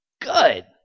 Good